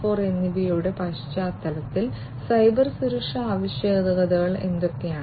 0 എന്നിവയുടെ പശ്ചാത്തലത്തിൽ സൈബർ സുരക്ഷ ആവശ്യകതകൾ എന്തൊക്കെയാണ്